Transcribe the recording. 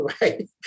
right